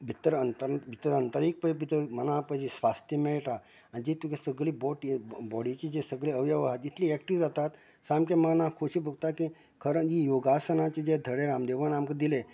भितर अंतरीक भितर अंतरीक मना जी पळय स्वास्थी मेळटा आनी जी तुगे बोड य बॉडिची जितलीं अवयव आसात तितली एक्टीव जातात सामके मनाक खोशी भोगता की खरें योगासनाचे जे धडे रामदेवान आमकां दिलें